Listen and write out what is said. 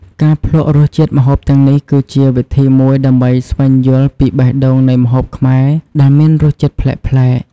ការភ្លក្សរសជាតិម្ហូបទាំងនេះ គឺជាវិធីមួយដើម្បីស្វែងយល់ពីបេះដូងនៃម្ហូបខ្មែរ ដែលមានរសជាតិប្លែកៗ។